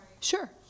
Sure